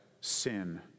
sin